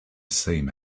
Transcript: same